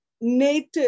native